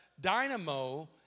Dynamo